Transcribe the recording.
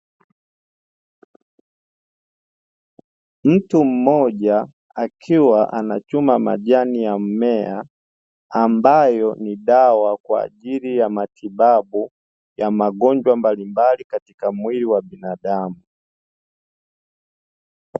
Mtu mmoja akiwa anachuma majani ya mmea, ambayo ni dawa kwa ajili ya matibabu, ya magonjwa mbalimbali katika mwili wa binadamu.